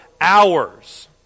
Hours